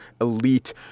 elite